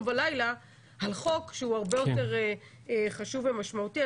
ולילה על חוק שהוא הרבה יותר חשוב ומשמעותי,